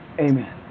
Amen